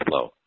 flow